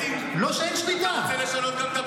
מה הבעיה עם להפסיק לממן --- אתה רוצה לשלוט בתקשורת.